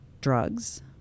drugs